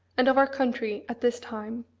and of our country, at this time.